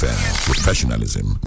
Professionalism